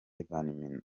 ivan